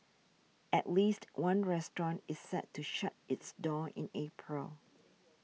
at least one restaurant is set to shut its doors in April